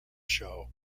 show